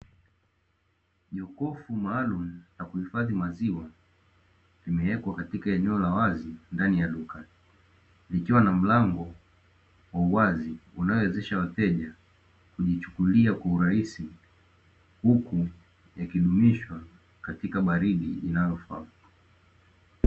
Jokofu maalumu la kuhifadhi maziwa, limewekwa katika eneo la wazi ndani ya duka, likiwa na mlango wa uwazi unaowezesha wateja kujichukulia kwa urahisi, huku yakidumuishwa katika baridi linalofaa.